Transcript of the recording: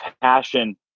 passion